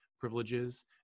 privileges